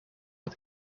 het